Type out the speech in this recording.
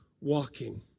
walking